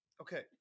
okay